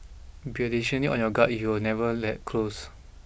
be additionally on your guard if you were never that close